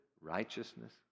righteousness